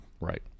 Right